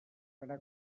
serà